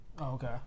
okay